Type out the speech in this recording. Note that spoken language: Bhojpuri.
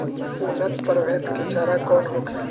उन्नत प्रभेद के चारा कौन होखे?